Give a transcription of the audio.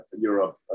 Europe